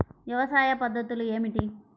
వ్యవసాయ పద్ధతులు ఏమిటి?